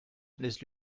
laisse